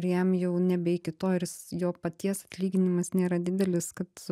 ir jam jau nebe iki to ir jis jo paties atlyginimas nėra didelis kad